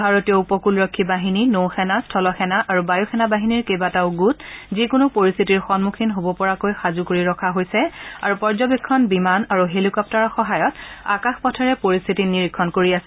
ভাৰতীয় উপকূলৰক্ষী বাহিনী নৌ সেনা স্থল সেনা আৰু বায়ু সেনা বাহিনীৰ কেইবাটাও গোট যিকোনো পৰিস্থিতিৰ সমূখীন হব পৰাকৈ সাজু কৰি ৰখা হৈছে আৰু পৰ্যবেক্ষণ বিমান আৰু হেলিকপ্তাৰৰ সহায়ত আকাশ পথেৰে পৰিস্থিতি নিৰিক্ষণ কৰি আছে